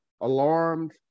alarmed